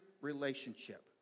relationship